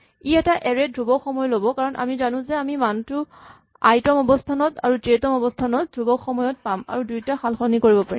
ই এটা এৰে ত ধ্ৰুৱক সময় ল'ব কাৰণ আমি জানো যে আমি মানটো আই তম অৱস্হানত আৰু জে তম অৱস্হানত ধ্ৰুৱক সময়ত পাম আৰু দুইটা সালসলনি কৰিব পাৰিম